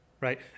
right